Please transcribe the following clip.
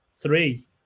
three